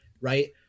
right